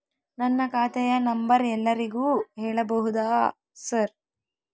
ನನ್ನ ಖಾತೆಯ ನಂಬರ್ ಎಲ್ಲರಿಗೂ ಹೇಳಬಹುದಾ ಸರ್?